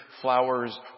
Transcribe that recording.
flowers